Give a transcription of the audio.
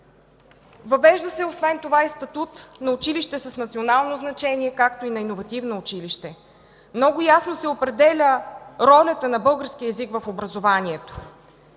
това се въвежда и статут на училище с национално значение, както и на иновативно училище. Много ясно се определя ролята на българския език в образованието